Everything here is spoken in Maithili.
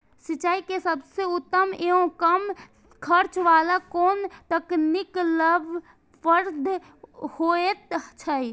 सिंचाई के सबसे उत्तम एवं कम खर्च वाला कोन तकनीक लाभप्रद होयत छै?